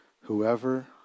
Whoever